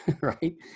right